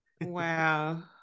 Wow